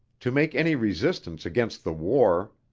to make any resistance against the war,